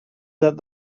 that